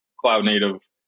cloud-native